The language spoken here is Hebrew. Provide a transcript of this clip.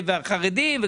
החרדים.